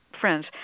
friends